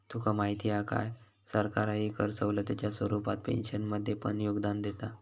तुका माहीत हा काय, सरकारही कर सवलतीच्या स्वरूपात पेन्शनमध्ये पण योगदान देता